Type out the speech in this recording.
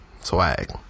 swag